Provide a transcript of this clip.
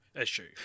issue